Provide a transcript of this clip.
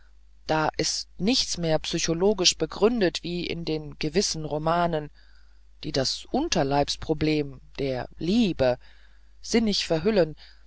da ist nichts mehr psychologisch begründet wie in den gewissen romanen die das unterleibsproblem der liiebe sinnig verhüllt